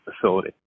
facility